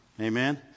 Amen